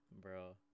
Bro